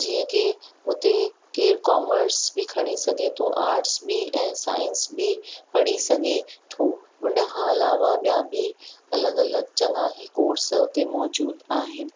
जीअं की उते केरु कोमर्स बि खणी सघे थो आर्ट्स बि ऐं साइंस बि पढ़ी सघे थो उन खां अलावा ॿियां बि अलॻि अलॻि चङा ई कोर्स उते मौजूदु आहिनि